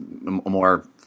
more